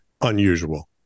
unusual